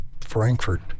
Frankfurt